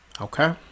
okay